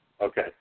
Okay